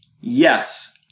Yes